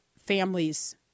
families